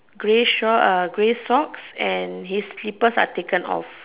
grey short uh grey socks and his slippers are taken off